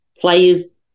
players